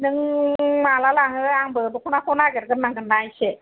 नों माला लाङो आंबो दखनाखौ नागिरग्रोनांगोन ना एसे